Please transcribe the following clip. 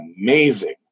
amazing